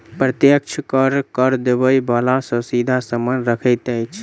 प्रत्यक्ष कर, कर देबय बला सॅ सीधा संबंध रखैत अछि